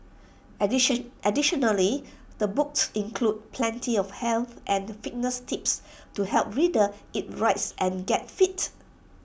addition additionally the books includes plenty of health and fitness tips to help readers eat right and get fit